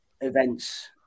events